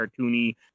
cartoony